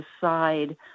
decide